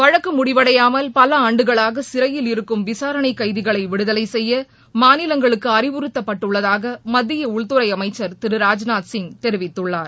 வழக்கு முடிவடையாமல் பல ஆண்டுகளாக சிறையில் இருக்கும் விசாரணை கைதிகளை விடுதலை செய்ய மாநிலங்களுக்கு அறிவுறுத்தப்பட்டுள்ளதாக மத்திய உள்துறை அமைச்சர் திரு ராஜ்நாத் சிங் தெரிவித்துள்ளார்